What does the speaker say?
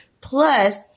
Plus